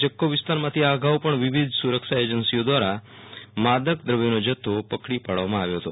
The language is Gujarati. જખૌ વિસ્તારમાંથીઆ અગાઉ પણ વિવિધ સુરક્ષા ચૈજન્સીઓ દ્વારા માદક દ્રવ્યોનો જથ્થો પકડી પાડવામાં આવ્યો હતો